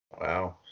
wow